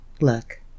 Look